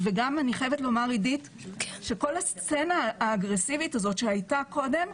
אני חייבת לומר שכל הסצנה האגרסיבית הזאת שהייתה קודם,